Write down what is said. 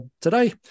today